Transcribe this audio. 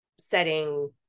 setting